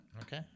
Okay